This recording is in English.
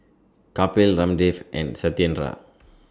Kapil Ramdev and Satyendra